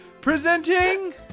Presenting